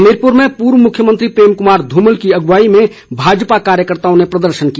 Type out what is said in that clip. हमीरपुर में पूर्व मुख्यमंत्री प्रेम कुमार ध्मल की अगुवाई में भाजपा कार्यकर्ताओं ने प्रदर्शन किया